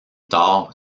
tard